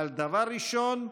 אבל דבר ראשון,